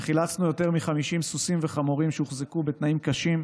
וחילצנו יותר מ-50 סוסים וחמורים שהוחזקו בתנאים קשים,